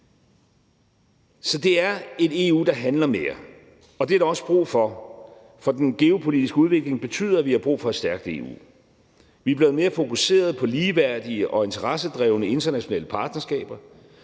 Så det er et EU, der handler mere, og det er der også brug for, for den geopolitiske udvikling betyder, at vi har brug for et stærkt EU. Vi er blevet mere fokuseret på ligeværdige og interessedrevne internationale partnerskaber